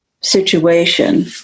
situation